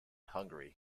hungry